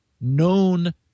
known